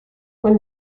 when